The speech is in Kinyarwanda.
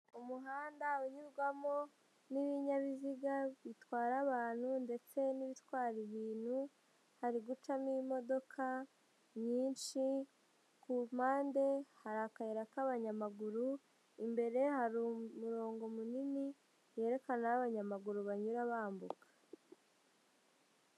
Umuhanda unyurwamo n'ibinyabiziga bitwara abantu ndetse n'ibitwara ibintu, hari gucamo imodoka nyinshi, ku mpande hari akayira k'abanyamaguru, imbere hari umurongo munini werekana aho abanyamaguru banyura bambuka.